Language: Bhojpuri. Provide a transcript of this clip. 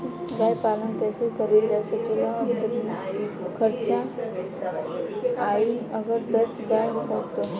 गाय पालन कइसे करल जा सकेला और कितना खर्च आई अगर दस गाय हो त?